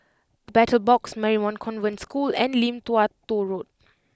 The Battle Box Marymount Convent School and Lim Tua Tow Road